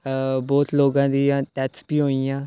बहुत लोग ऐ जि'यां एक्सपी होई गेइयां